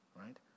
right